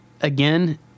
again